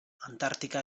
antartika